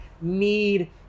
need